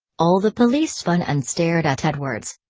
all the police spun and stared at edwards.